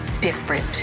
different